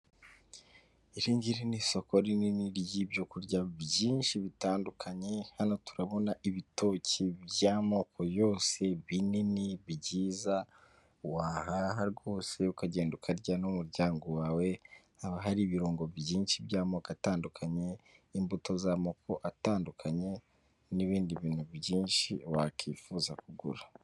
Iri ngiri ni isoko rinini ry'ibyo kurya byinshi bitandukanye hano turabona ibitoki by'amoko yose, binini byiza wahaha rwose ukagenda ukarya n'umuryango wawe, haba hari ibirungo byinshi by'amoko atandukanye, imbuto z'amoko atandukanye, n'ibindi bintu byinshi wakwifuza kugura.